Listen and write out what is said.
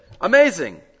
amazing